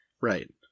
Right